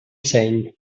seny